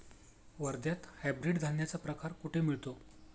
वर्ध्यात हायब्रिड धान्याचा प्रकार कुठे मिळतो?